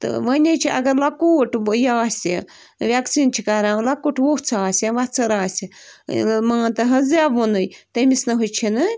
تہٕ وۄنۍ حظ چھِ اَگر لۄکوٗٹ یہِ آسہِ وٮ۪کسیٖن چھِ کَران لۄکُٹ ووٚژھ آسہِ یا وَژھٕر آسہِ مان تہٕ حظ زٮ۪وُنُے تٔمِس نہٕ حظ چھِنہٕ